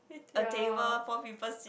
ya